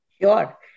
Sure